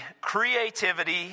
creativity